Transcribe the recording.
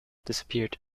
disappeared